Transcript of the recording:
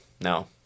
No